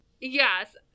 Yes